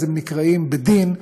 הם נקראים בדין,